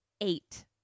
eight